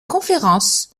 conférences